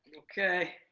okay.